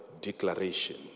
declaration